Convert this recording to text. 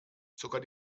sogar